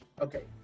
Okay